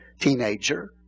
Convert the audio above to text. teenager